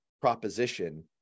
proposition